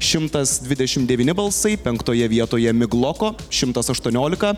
šimtas dvidešimt devyni balsai penktoje vietoje migloko šimtas aštuoniolika